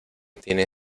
tiene